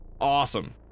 Awesome